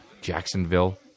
Jacksonville